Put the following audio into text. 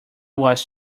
was